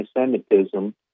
anti-Semitism